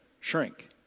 shrink